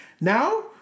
Now